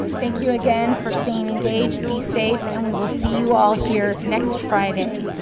thank you again for staying engaged. be safe, and we will see you all here next friday,